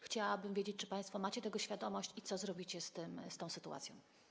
Chciałabym wiedzieć, czy państwo macie tego świadomość i co zrobicie z tą sytuacją.